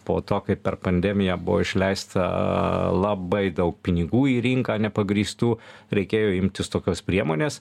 po to kai per pandemiją buvo išleista labai daug pinigų į rinką nepagrįstų reikėjo imtis tokios priemonės